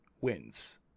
wins